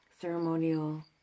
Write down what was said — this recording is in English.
ceremonial